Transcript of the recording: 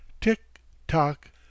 Tick-tock